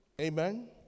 Amen